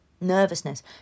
Nervousness